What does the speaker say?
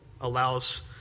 allows